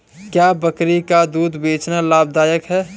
क्या बकरी का दूध बेचना लाभदायक है?